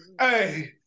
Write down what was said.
hey